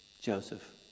Joseph